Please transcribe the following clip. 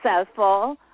successful